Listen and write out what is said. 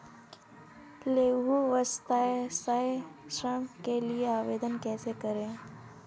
लघु व्यवसाय ऋण के लिए आवेदन कैसे करें?